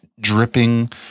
dripping